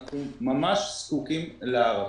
אנחנו ממש זקוקים להארכה.